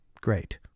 Great